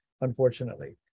unfortunately